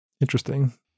Interesting